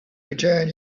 return